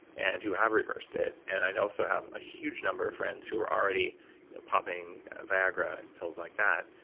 and who have reversed it, and i also have a huge number of friends who are already popping viagra and pills like that,